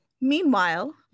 Meanwhile